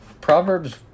Proverbs